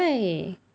why